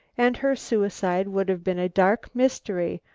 and her suicide would have been a dark mystery,